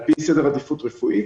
על פי סדר עדיפות רפואית.